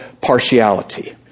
partiality